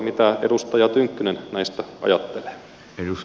mitä edustaja tynkkynen näistä ajattelee